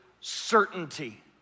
certainty